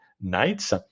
nights